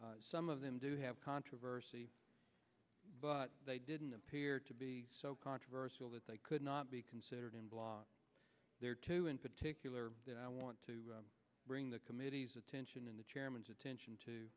nature some of them do have controversy but they didn't appear to be so controversial that they could not be considered in blogs there are two in particular that i want to bring the committee's attention in the chairman's attention to